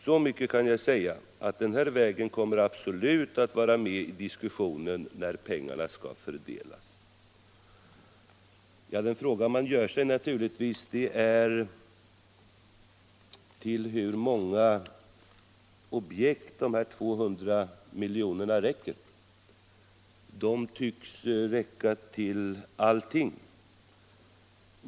Så mycket kan jag säga att den här vägen kommer absolut att vara med i diskussionen när pengarna skall fördelas.” Den fråga man ställer sig är naturligtvis till hur många objekt dessa 200 milj.kr. räcker. De tycks räcka till allting.